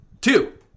Two